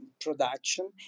production